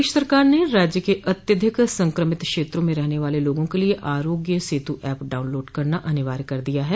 प्रदेश सरकार ने राज्य के अत्याधिक संक्रमित क्षेत्रों में रहने वाले लोगों के लिए आरोग्य सेतु ऐप डाउनलोड करना अनिवार्य कर दिया है